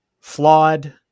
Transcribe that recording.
flawed